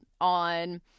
on